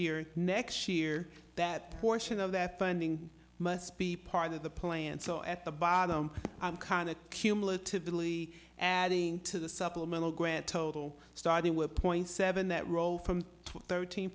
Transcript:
or next year that portion of that funding must be part of the play and so at the bottom i'm kind of cumulatively adding to the supplemental grant total starting point seven that roll from t